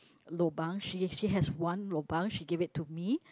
lobang she she has one lobang she give it to me